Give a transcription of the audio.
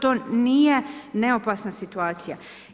To nije neopasna situacija.